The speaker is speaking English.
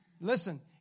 Listen